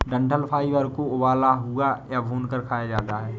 डंठल फाइबर को उबला हुआ या भूनकर खाया जाता है